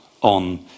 on